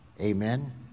Amen